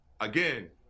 again